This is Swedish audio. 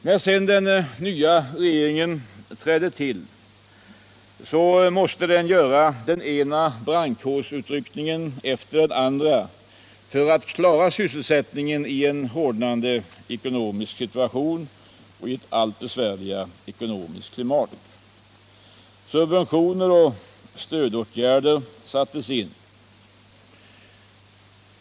När sedan den nya regeringen trädde till måste den därför göra den ena brandkårsutryckningen efter den andra för att klara sysselsättningen i en hårdnande ekonomisk situation och ett allt besvärligare ekonomiskt klimat. Subventioner och stödåtgärder sattes in.